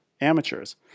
amateurs